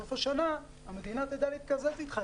בסוף השנה המדינה תדע להתקזז איתך.